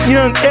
Young